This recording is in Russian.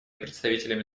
представителями